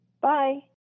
Bye